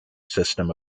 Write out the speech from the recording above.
system